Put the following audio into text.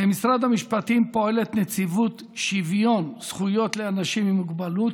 במשרד המשפטים פועלת נציבות שוויון זכויות לאנשים עם מוגבלות.